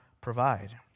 provide